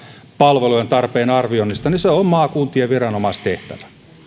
palvelujen tarpeen arvioinnista on maakuntien viranomaistehtävä